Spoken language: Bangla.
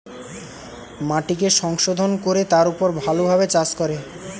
মাটিকে সংশোধন কোরে তার উপর ভালো ভাবে চাষ করে